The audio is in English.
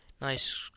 nice